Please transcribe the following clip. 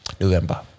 November